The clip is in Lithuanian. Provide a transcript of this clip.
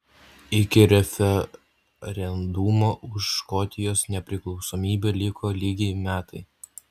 iki referendumo už škotijos nepriklausomybę liko lygiai metai